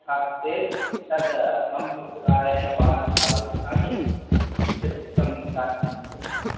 हस्तेति तद् मम पुस्तकालये भवान् आगच्छामि यत् पुस्तकं दातुं शक्नोमि